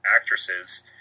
actresses